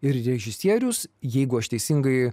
ir režisierius jeigu aš teisingai